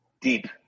Deep